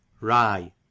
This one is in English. rye